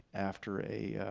after a